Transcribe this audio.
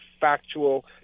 factual